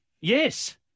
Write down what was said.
Yes